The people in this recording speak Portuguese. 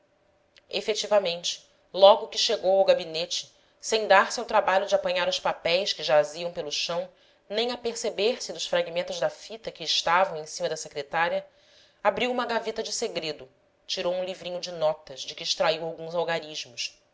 efetivamente logo que chegou ao gabinete sem dar-se ao trabalho de apanhar os papéis que jaziam pelo chão nem aperceber se dos fragmentos da fita que estavam em cima da secretária abriu uma gaveta de segredo tirou um livrinho de notas de que extraiu alguns algarismos